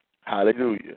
Hallelujah